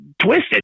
twisted